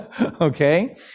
Okay